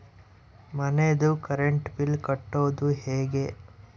ಮನಿದು current bill ಕಟ್ಟೊದು ಹೇಗೆ?